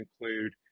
include